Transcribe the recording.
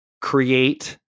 create